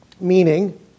Meaning